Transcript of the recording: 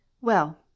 Well